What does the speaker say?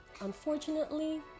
Unfortunately